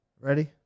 Ready